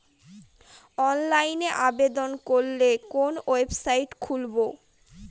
অনলাইনে আবেদন করলে কোন ওয়েবসাইট খুলব?